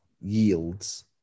yields